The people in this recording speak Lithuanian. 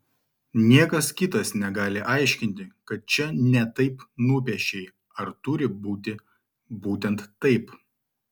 niekas kitas negali aiškinti kad čia ne taip nupiešei ar turi būti būtent taip